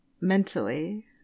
mentally